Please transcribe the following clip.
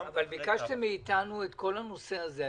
אבל ביקשתם מאיתנו את כל הנושא הזה.